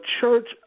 church